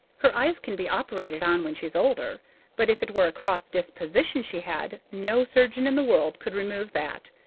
her eyes can be operated on when she's older but if it were a cross disposition she had, no surgeon in the world could remove that.